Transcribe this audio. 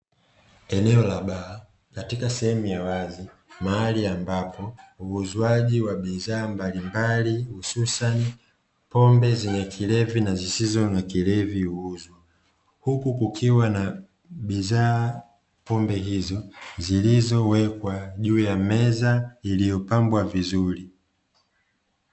Eneo la baa katika sehemu ya wazi mahali ambapo uuzwaji wa bidhaa mbalimbali hususani pombe zenye kilevi na zisizo na kilevi huuzwa. Huku kukiwa na bidhaa pombe hizo, zilizowekwa juu ya meza iliyopambwa vizuri.